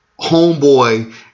homeboy